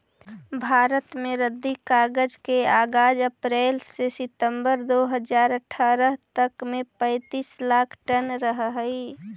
भारत में रद्दी कागज के आगाज अप्रेल से सितम्बर दो हज़ार अट्ठरह तक में पैंतीस लाख टन रहऽ हई